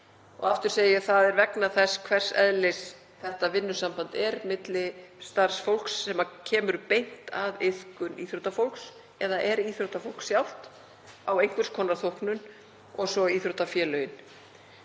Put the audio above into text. Aftur segi ég að það er vegna þess hvers eðlis þetta vinnusamband er milli starfsfólks sem kemur beint að iðkun íþrótta eða er íþróttafólk sjálft á einhvers konar þóknun og svo íþróttafélaganna.